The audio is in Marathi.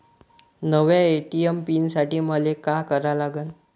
नव्या ए.टी.एम पीन साठी मले का करा लागन?